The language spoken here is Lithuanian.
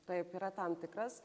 taip yra tam tikras